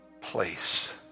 place